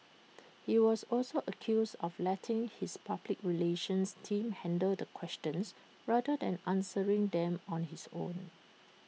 he was also accused of letting his public relations team handle the questions rather than answering them on his own